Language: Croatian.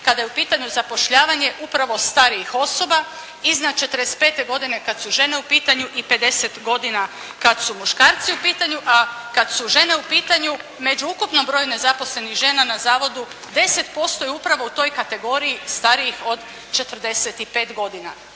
kada je u pitanju zapošljavanje upravo starijih osoba iznad 45 godine kad su žene u pitanju i 50 godina kad su muškarci u pitanju, a kad su žene u pitanju među ukupni broj nezaposlenih žena na zavodu 10% je upravo u toj kategoriji starijih od 45 godine.